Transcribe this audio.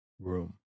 room